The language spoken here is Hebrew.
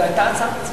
הרבנים?